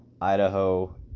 Idaho